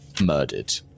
murdered